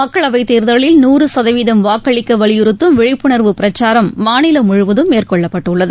மக்களவை தேர்தலில் நூறு சதவீதம் வாக்களிக்க வலியுறுத்தம் விழிப்புணர்வு பிரச்சாரம் மாநிலம் முழுவதும் மேற்கொள்ளப்பட்டுள்ளது